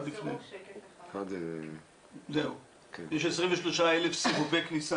יש 23,000 סיבובי כניסה.